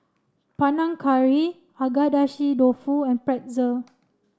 Panang Curry Agedashi Dofu and Pretzel